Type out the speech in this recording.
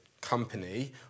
company